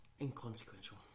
Inconsequential